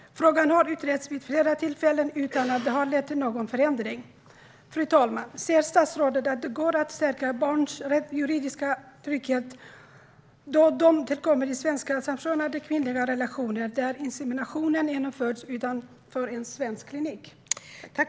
Frågan har utretts vid flera tillfällen utan att det har lett till någon förändring. Fru talman! Ser statsrådet att det går att stärka barns juridiska trygghet då de tillkommer i svenska samkönade kvinnliga relationer, där inseminationen genomförs utanför en svensk klinik?